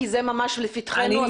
כי זה ממש לפתחנו,